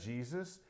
Jesus